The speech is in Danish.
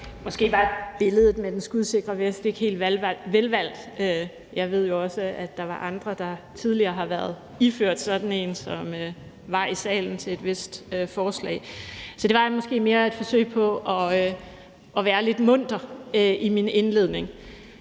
Måske var billedet med den skudsikre vest ikke helt velvalgt. Jeg ved jo også, at der er andre, der tidligere har været iført sådan en, som var i salen til et vist forslag. Så det var måske mere et forsøg på at være lidt munter i min indledning.